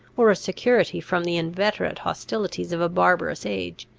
or a security from the inveterate hostilities of a barbarous age.